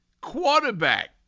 quarterback